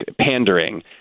pandering –